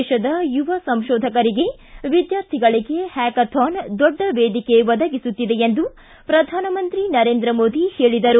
ದೇತದ ಯುವ ಸಂಶೋಧಕರಿಗೆ ವಿದ್ಯಾರ್ಥಿಗಳಿಗೆ ಹ್ಯಾಕಥಾನ್ ದೊಡ್ಡ ವೇದಿಕೆ ಒದಗಿಸುತ್ತಿದೆ ಎಂದು ಪ್ರಧಾನಮಂತ್ರಿ ಸರೇಂದ್ರ ಮೋದಿ ಹೇಳಿದರು